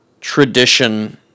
tradition